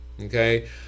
Okay